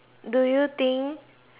do you think